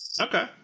Okay